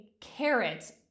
carrots